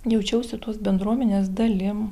jaučiausi tos bendruomenės dalim